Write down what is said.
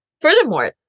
furthermore